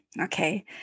Okay